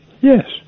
Yes